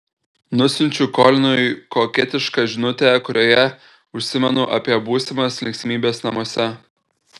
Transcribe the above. nusiunčiu kolinui koketišką žinutę kurioje užsimenu apie būsimas linksmybes namuose